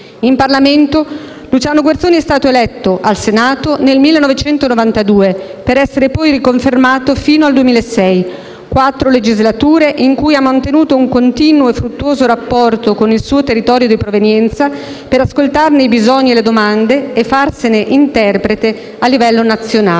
In Parlamento Luciano Guerzoni è stato eletto al Senato nel 1992, per essere poi riconfermato fino al 2006. Quattro legislature in cui ha mantenuto un continuo e fruttuoso rapporto con il suo territorio di provenienza per ascoltarne i bisogni e le domande e farsene interprete a livello nazionale.